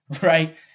right